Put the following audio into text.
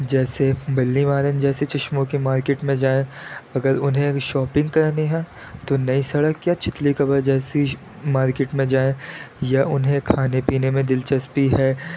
جیسے بلی مارن جیسے چشموں کے مارکیٹ میں جائیں اگر انہیں شاپنگ کرنی ہے تو نئی سڑک یا چتلی قبر جیسی مارکیٹ میں جائیں یا انہیں کھانے پینے میں دلچسپی ہے